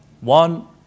One